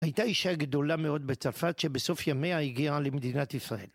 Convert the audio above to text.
הייתה אישה גדולה מאוד בצרפת שבסוף ימיה הגיעה למדינת ישראל.